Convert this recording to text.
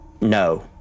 No